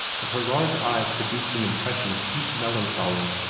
and her large eyes produced an impression of deep melancholy,